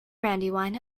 brandywine